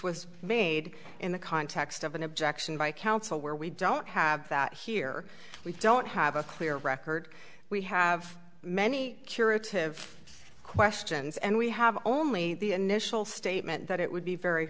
was made in the context of an objection by counsel where we don't have that here we don't have a clear record we have many curative questions and we have only the initial statement that it would be very